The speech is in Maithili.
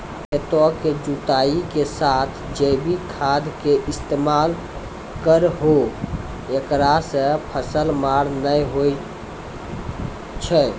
खेतों के जुताई के साथ जैविक खाद के इस्तेमाल करहो ऐकरा से फसल मार नैय होय छै?